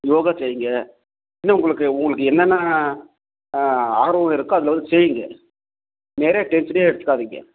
யோகா செய்யுங்க என்ன உங்களுக்கு உங்களுக்கு என்னென்ன ஆர்வம் இருக்கோ அதில் வந்து செய்யுங்க வேறு டென்ஷனே எடுத்துக்காதீங்க